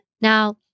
Now